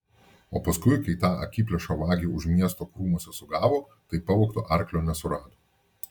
o paskui kai tą akiplėšą vagį už miesto krūmuose sugavo tai pavogto arklio nesurado